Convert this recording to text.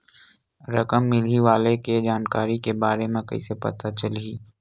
रकम मिलही वाले के जानकारी के बारे मा कइसे पता चलही?